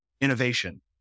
innovation